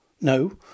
No